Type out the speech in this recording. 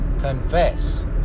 confess